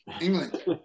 England